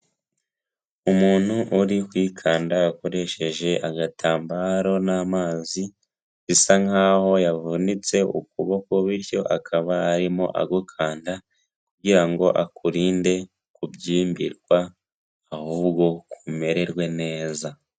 Umuntu uri kwikanda akoresheje agatambaro n'amazi bisa nkaho yavunitse ukuboko, bityo akaba arimo agukanda kugira ngo akurinde kubyimbirwa ahubwo kumererwe neza.